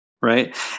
right